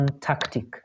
tactic